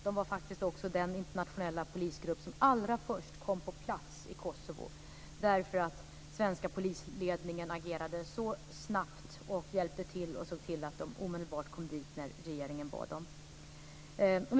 Det var faktiskt också den internationella polisgrupp som allra först kom på plats i Kosovo. Den svenska polisledningen agerade snabbt, hjälpte till och såg till att styrkan omedelbart kom dit när regeringen bad om det.